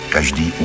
Každý